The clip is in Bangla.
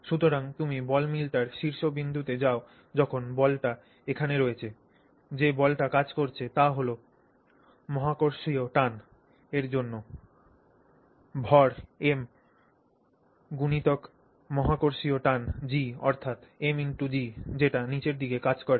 সুতরাং তুমি যদি বলমিলটি্র শীর্ষ বিন্দুতে যাও যখন বলটি এখানে রয়েছে যে বলটি কাজ করছে তা হল মহাকর্ষীয় টান এর জন্য ভর গুনিতক মহাকর্ষীয় টান অর্থাৎ mg যেটা নীচের দিকে কাজ করছে